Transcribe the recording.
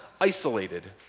isolated